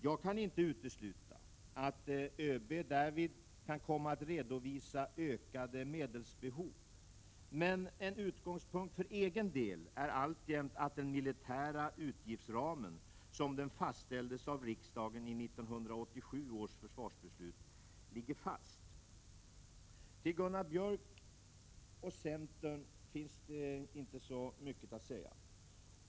Jag kan inte utesluta att ÖB därvid kan komma att redovisa ökade medelsbehov, men en utgångspunkt för egen del är alltjämt att den militära utgiftsramen, såsom den fastställdes av riksdagen i 1987 års försvarsbeslut, ligger fast. Till Gunnar Björk och centern finns det inte så mycket att säga.